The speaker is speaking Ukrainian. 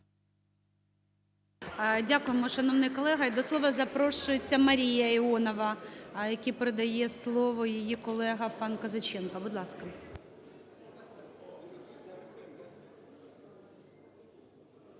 Дякуємо, шановний колега. До слова запрошується МаріяІонова, якій передає слово її колега пан Козаченко. Будь ласка.